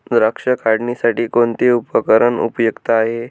द्राक्ष काढणीसाठी कोणते उपकरण उपयुक्त आहे?